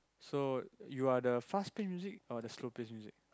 so you are the fast pace music or the slow pace music